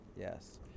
Yes